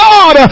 God